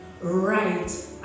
Right